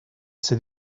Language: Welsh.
sydd